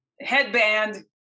headband